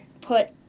put